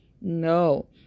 No